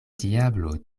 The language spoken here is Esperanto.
diablo